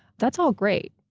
that's all great.